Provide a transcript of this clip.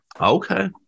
Okay